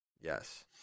Yes